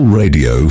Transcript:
radio